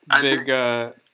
big